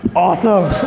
awesome!